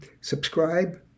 subscribe